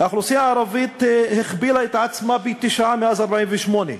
האוכלוסייה הערבית הכפילה את עצמה פי-תשעה מאז 1948,